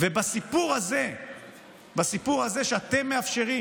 בסיפור הזה שאתם מאפשרים